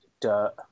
Dirt